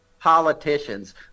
politicians